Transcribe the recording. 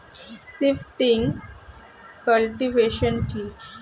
Shifting cultivation কি?